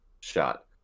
shot